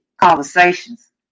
conversations